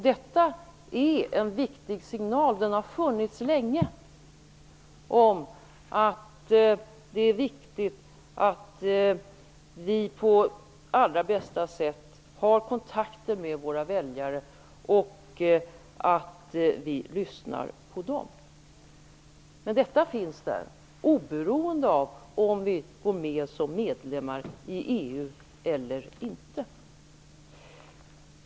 Detta är en viktig signal om att vi på allra bästa sätt måste ha kontakter med våra väljare och att vi lyssnar på dem. Den signalen har funnits länge. Men så är det, oberoende av om vi går med som medlem i EU eller inte.